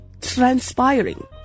transpiring